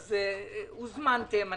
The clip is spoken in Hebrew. הוזמנתם,